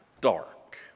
dark